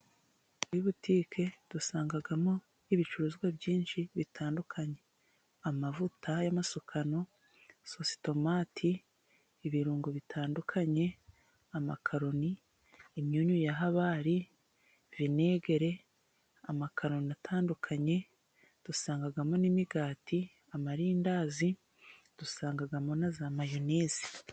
Muri butike dusangagamo'ibicuruzwa byinshi bitandukanye: amavuta y'amasukano, sositomati, ibirungo bitandukanye, amakaroni, imyunyu ya habari, vinegere, amakaroni atandukanye, dusangamo n'imigati, amandazi, dusangamo na za mayoneze.